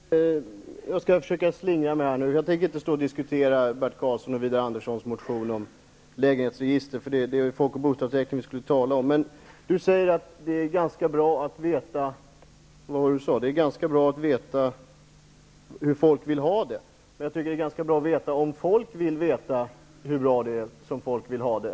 Herr talman! Jag skall försöka slingra mig. Jag tänker inte stå och diskutera Bert Karlssons och Widar Anderssons motion om ett lägenhetsregister, eftersom det är folk och bostadsräkningen vi skulle tala om. Olle Schmidt sade att det är ganska bra att veta hur folk vill ha det, men jag menar att det är ganska bra att veta om folk vill veta hur folk vill ha det.